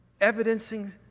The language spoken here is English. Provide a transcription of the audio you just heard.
Evidencing